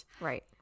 right